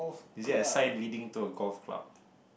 is there a sign leading to a golf club